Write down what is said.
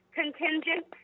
contingent